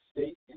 State